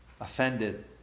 offended